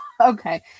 Okay